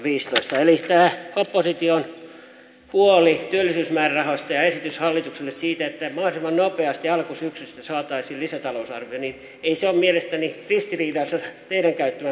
eli tämä opposition huoli työllisyysmäärärahoista ja esitys hallitukselle siitä että mahdollisimman nopeasti alkusyksystä saataisiin lisätalousarvio ei ole mielestäni ristiriidassa teidän käyttämänne puheenvuoron kanssa